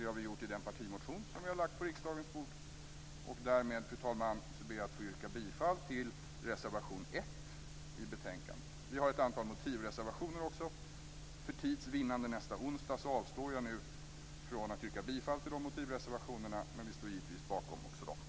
Det har vi gjort i den partimotion som vi har lagt på riksdagens bord. Med detta, fru talman, ber jag att få yrka bifall till reservation 1 vid betänkandet. Vi har också ett antal motivreservationer. För tids vinnande nästa onsdag avstår jag nu från att yrka bifall till de motivreservationerna, men vi står givetvis bakom också dem.